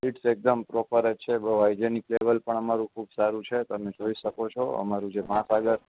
seats એકદમ proper જ છે બહુ હાઈજેનિક લેવલ પણ અમારું ખૂબ સારું છે તમે જોઈ શકો છો અમારું જે મહાસાગર